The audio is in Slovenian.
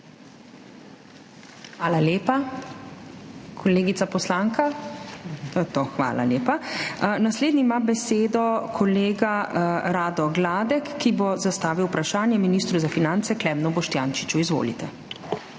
Hvala lepa. Kolegica poslanka? To je to, hvala lepa. Naslednji ima besedo kolega Rado Gladek, ki bo zastavil vprašanje ministru za finance Klemnu Boštjančiču. Izvolite.